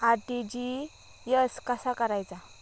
RTGS कसा करायचा?